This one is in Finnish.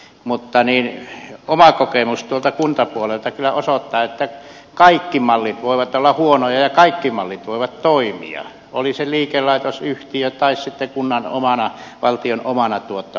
mutta oma kokemus kuntapuolelta kyllä osoittaa että kaikki mallit voivat olla huonoja ja kaikki mallit voivat toimia oli se liikelaitosyhtiö tai sitten kunnan omana valtion omana tuottamana